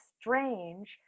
strange